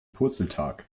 purzeltag